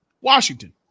Washington